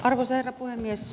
arvoisa herra puhemies